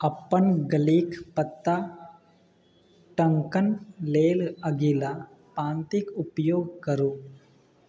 अपन गलीके पता टङ्कण लेल अगिला पाँतिक उपयोग करू